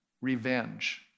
revenge